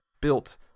built